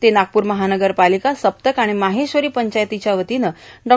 ते नागपूर महानगरपाालका सप्तक व माहेश्वरो पंचायतच्यावतीने डॉ